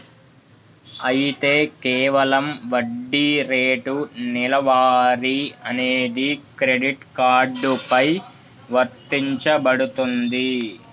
అయితే కేవలం వడ్డీ రేటు నెలవారీ అనేది క్రెడిట్ కార్డు పై వర్తించబడుతుంది